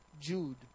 Jude